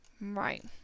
right